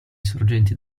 sorgenti